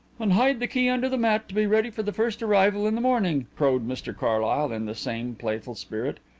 and hide the key under the mat to be ready for the first arrival in the morning, crowed mr carlyle, in the same playful spirit.